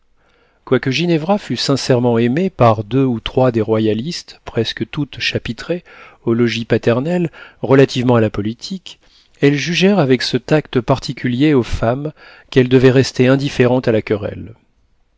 quoique ginevra fût sincèrement aimée par deux ou trois des royalistes presque toutes chapitrées au logis paternel relativement à la politique elles jugèrent avec ce tact particulier aux femmes qu'elles devaient rester indifférentes à la querelle